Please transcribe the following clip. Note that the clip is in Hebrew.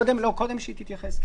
קודם שהיא תתייחס.